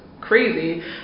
crazy